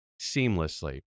seamlessly